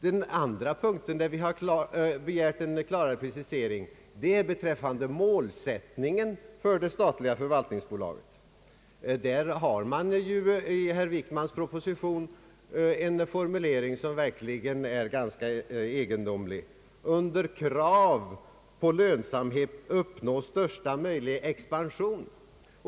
Den andra punkt där vi har begärt en precisering gäller det statliga förvalt ningsbolagets målsättning. I statsrådet Wickmans proposition förekommer en formulering, som är ganska egendomlig: »under krav på lönsamhet uppnå största möjliga expansion».